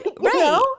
Right